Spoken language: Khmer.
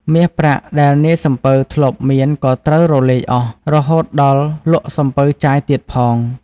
មាសប្រាក់ដែលនាយសំពៅធ្លាប់មានក៏ត្រូវរលាយអស់ រហូតដល់លក់សំពៅចាយទៀតផង។